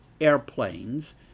airplanes